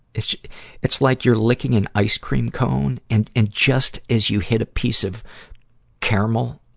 it's it's like you're licking an ice cream cone, and, and just as you hit a piece of caramel,